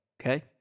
okay